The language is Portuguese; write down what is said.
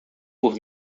por